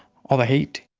all the hate